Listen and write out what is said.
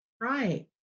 Right